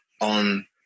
on